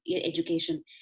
education